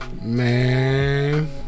Man